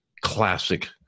classic